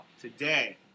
today